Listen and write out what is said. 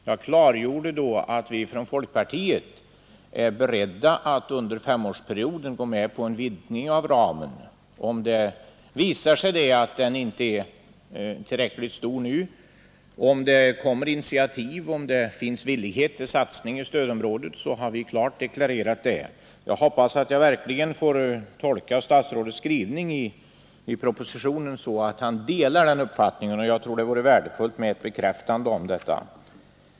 Jag klargjorde då att vi från folkpartiet är beredda att under femårsperioden gå med på en vidgning av ramen, om det visar sig att den inte är tillräckligt stor nu och om det inom stödområdet tas initiativ till och visas villighet till satsning inom detta område. Jag har klart deklarerat detta. Jag hoppas verkligen att jag får tolka statsrådets skrivning i propositionen så att han delar den uppfattningen, och jag tycker att det vore värdefullt med ett bekräftande.